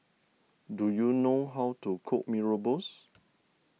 do you know how to cook Mee Rebus